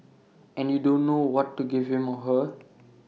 and you don't know what to give him or her